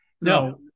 No